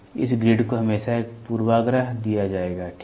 इस ग्रिड को हमेशा एक पूर्वाग्रह दिया जाएगा ठीक है